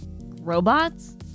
Robots